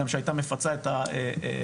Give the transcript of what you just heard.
שגם הייתה מפצה את החקלאים.